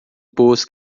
boas